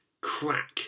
crack